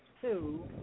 two